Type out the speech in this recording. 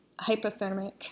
hypothermic